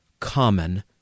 common